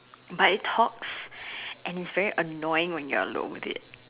but it talks and it's very annoying when you are alone with it